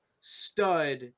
stud